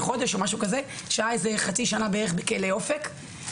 שהה חצי שנה בערך בכלא אופק.